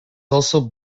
also